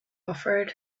offered